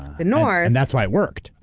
the north. and that's why it worked.